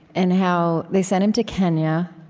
and how they sent him to kenya,